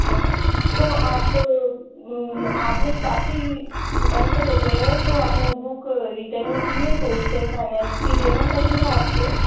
हाँ तो आप आपने काफ़ी मंथ हो गए हैं तो आपने बुक रिटर्न नहीं की है तो उस पर पेनालिटी देना पड़ेगा आपको